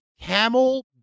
camel